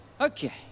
Okay